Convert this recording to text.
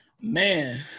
Man